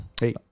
Hey